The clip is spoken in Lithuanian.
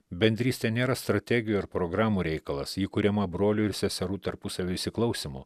bendrystė nėra strategijų ir programų reikalas ji kuriama brolių ir seserų tarpusavio įsiklausymu